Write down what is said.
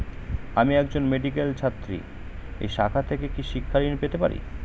আমি একজন মেডিক্যাল ছাত্রী এই শাখা থেকে কি শিক্ষাঋণ পেতে পারি?